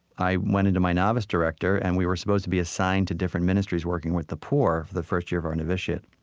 i went to my novice director and we were supposed to be assigned to different ministries working with the poor the first year of our novitiate